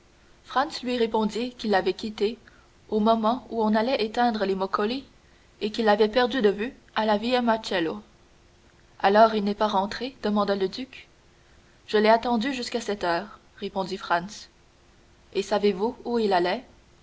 lui répondit qu'il l'avait quitté au moment où on allait éteindre les moccoli et qu'il l'avait perdu de vue à la via macello alors il n'est pas rentré demanda le duc je l'ai attendu jusqu'à cette heure répondit franz et savez-vous où il allait